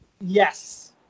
Yes